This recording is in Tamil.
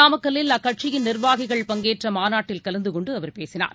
நாமக்கல்லில் அக்கட்சியின் நிர்வாகிகள் பங்கேற்ற மாநாட்டில் கலந்து கொண்டு அவர் பேசினார்